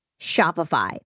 Shopify